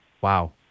Wow